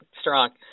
strong